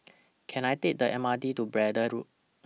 Can I Take The M R T to Braddell Road